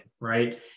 right